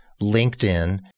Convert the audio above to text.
LinkedIn